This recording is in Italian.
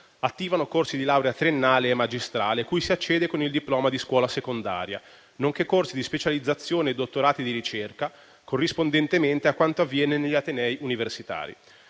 attivano corsi di laurea triennale e magistrale cui si accede con il diploma di scuola secondaria, nonché corsi di specializzazione e dottorati di ricerca, corrispondentemente a quanto avviene negli atenei universitari;